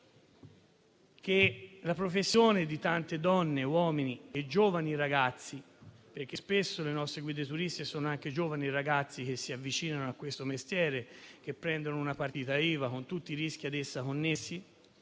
che la professione di tante donne, uomini e giovani ragazzi, perché spesso le nostre guide turistiche sono anche giovani ragazzi che si avvicinano a questo mestiere, che prendono una partita IVA, con tutti i rischi ad essa connessi,